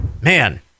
Man